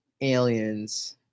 aliens